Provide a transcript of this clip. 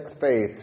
faith